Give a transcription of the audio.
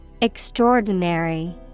Extraordinary